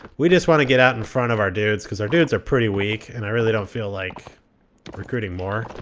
we just want to get out in front of our dudes since our dudes are pretty weak. and i really don't feel like recruiting more.